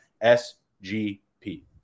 S-G-P